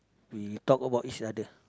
we talk about each other